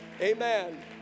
Amen